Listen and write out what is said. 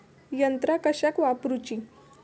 यंत्रा कशाक वापुरूची?